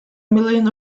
million